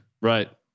Right